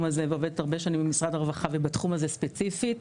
הזה ועובדת הרבה שנים במשרד הרווחה ובתחום הזה ספציפית,